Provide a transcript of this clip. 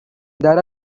there